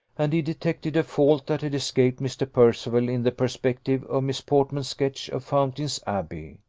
and he detected a fault that had escaped mr. percival in the perspective of miss portman's sketch of fountain's abbey.